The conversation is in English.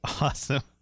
Awesome